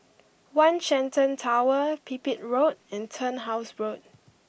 One Shenton Tower Pipit Road and Turnhouse Road